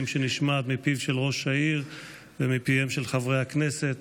שנשמעת מפיו של ראש העיר ומפיהם של חברי הכנסת